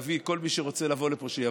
להביא את כל מי שרוצה לבוא לפה, שיבוא?